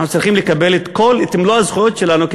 אנחנו צריכים לקבל את מלוא הזכויות שלנו,